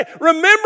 remember